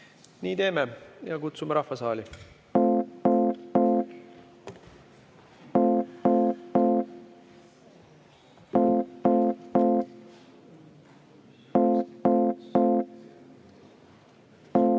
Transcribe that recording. Nii teeme. Ja kutsume rahva saali.